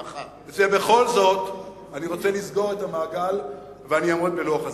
אני רוצה לסגור את המעגל, ואני אעמוד בלוח הזמנים.